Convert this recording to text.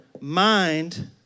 Mind